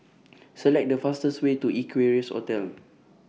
Select The fastest Way to Equarius Hotel